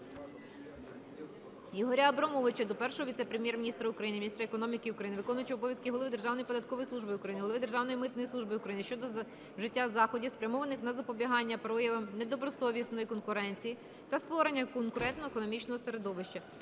Ігоря Абрамовича до Першого віце-прем'єр-міністра України - міністра економіки України, виконуючого обов'язків голови Державної податкової служби України, голови Державної митної служби України щодо вжиття заходів, спрямованих на запобігання проявам недобросовісної конкуренції та створення конкурентного економічного середовища.